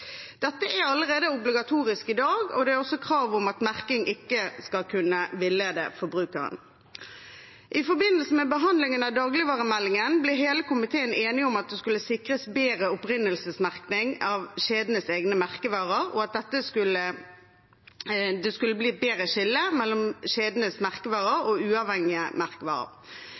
Dette er allerede obligatorisk i dag, og det er også krav om at merking ikke skal kunne villede forbrukeren. I forbindelse med behandlingen av dagligvaremeldingen ble hele komiteen enig om at det skulle sikres bedre opprinnelsesmerking av kjedenes egne merkevarer, og at det skulle bli et bedre skille mellom kjedenes merkevarer og uavhengige merkevarer.